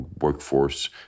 workforce